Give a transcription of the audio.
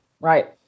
right